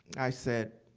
i said,